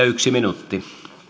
yksi minuutti